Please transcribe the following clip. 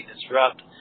disrupt